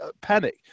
panic